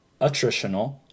attritional